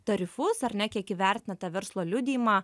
tarifus ar ne kiek įvertina tą verslo liudijimą